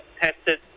tested